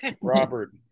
Robert